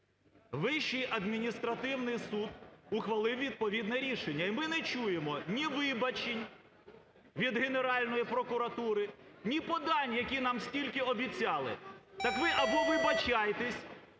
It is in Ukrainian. Вищий адміністративний суд ухвалив відповідне рішення і ми не чуємо ні вибачень від Генеральної прокуратури, ні подань, які нам скільки обіцяли. Так ви або вибачайтесь